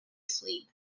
sleep